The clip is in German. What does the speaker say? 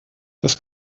das